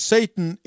Satan